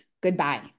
goodbye